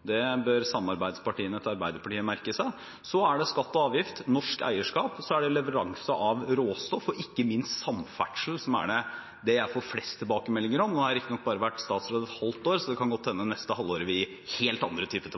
Det bør samarbeidspartiene til Arbeiderpartiet merke seg. Så er det skatt og avgift, norsk eierskap, leveranse av råstoff og ikke minst samferdsel det jeg får flest tilbakemeldinger om. Nå har jeg riktig nok bare vært statsråd i dette departementet et halvt år, så det kan godt hende det i det neste halvår kommer helt andre typer